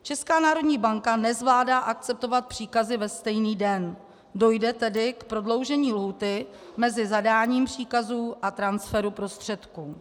Česká národní banka nezvládá akceptovat příkazy ve stejný den, dojde tedy k prodloužení lhůty mezi zadáním příkazů a transferu prostředků.